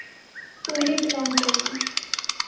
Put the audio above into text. सोने पर लोन चाहिए